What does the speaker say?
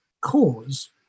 cause